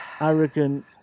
arrogant